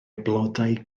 blodau